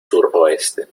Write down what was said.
suroeste